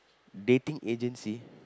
dating agency